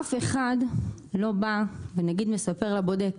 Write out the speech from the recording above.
אף אחד לא בא ונגיד מספר לבודק כן,